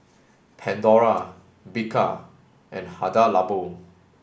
Pandora Bika and Hada Labo